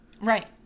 Right